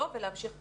לא ולהמשיך ככה,